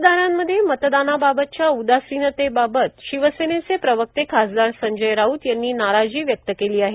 मतदारांमध्ये मतदानाबाबतच्या उदासीनतेबाबत शिवसेनेचे प्रवक्ते खासदार संजय राऊत यांनी नाराजी व्यक्त केली आहे